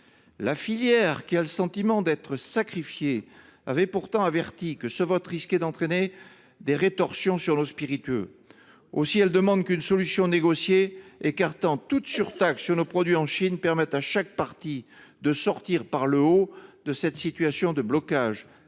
La filière, qui a le sentiment d’être sacrifiée, avait pourtant averti que ce vote risquait d’entraîner des rétorsions sur nos spiritueux. Elle demande donc qu’une solution soit négociée pour écarter toute surtaxe sur nos produits en Chine, de manière que chaque partie sorte par le haut de cette situation de blocage.